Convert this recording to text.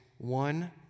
One